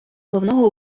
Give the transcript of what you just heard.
головного